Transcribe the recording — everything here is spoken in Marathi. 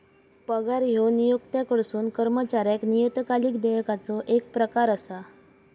पगार ह्यो नियोक्त्याकडसून कर्मचाऱ्याक नियतकालिक देयकाचो येक प्रकार असा